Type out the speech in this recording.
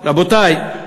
רבותי,